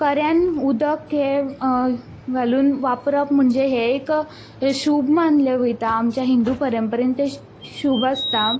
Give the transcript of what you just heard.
कऱ्यान उदक हें वापरप म्हणजे हें एक शुभ मानलें वयता आमचे हिंदू परंपरेन तें शुभ आसता